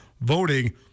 voting